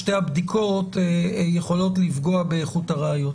שתי הבדיקות יכולות לפגוע באיכות הראיות.